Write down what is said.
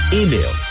email